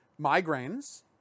migraines